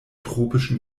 tropischen